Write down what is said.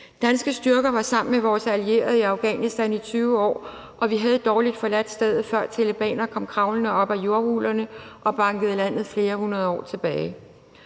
Danske styrker var sammen med vores allierede i Afghanistan i 20 år, og vi havde dårligt forladt stedet, før talebanere kom kravlende op af jordhulerne og bankede landet flere hundrede år tilbage,